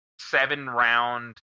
seven-round